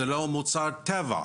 זה לא מוצר טבע,